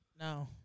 No